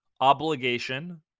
obligation